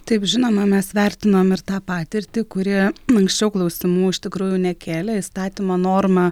taip žinoma mes vertinom ir tą patirtį kuri anksčiau klausimų iš tikrųjų nekėlė įstatymo norma